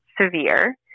severe